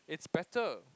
it's better